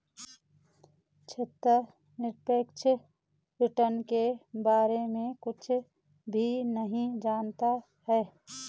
श्वेता निरपेक्ष रिटर्न के बारे में कुछ भी नहीं जनता है